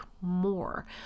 more